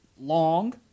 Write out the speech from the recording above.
long